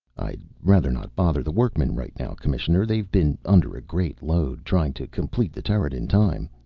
i'd rather not bother the workmen right now, commissioner. they've been under a great load, trying to complete the turret in time.